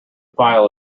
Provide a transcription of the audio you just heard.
file